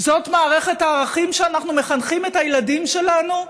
זאת מערכת הערכים שבה אנחנו מחנכים את הילדים שלנו,